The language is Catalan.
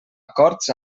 acords